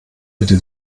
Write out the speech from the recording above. bitte